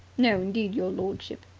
no, indeed, your lordship.